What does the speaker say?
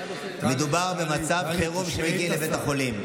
מדובר במצב חירום שבו מגיעים לבית החולים,